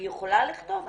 היא יכולה לכתוב,